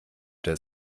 der